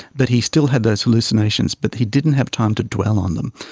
but he still had those hallucinations but he didn't have time to dwell on them.